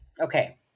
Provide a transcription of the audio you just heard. Okay